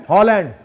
Holland